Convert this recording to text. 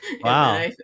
Wow